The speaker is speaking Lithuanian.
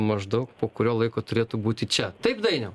maždaug po kurio laiko turėtų būti čia taip dainiau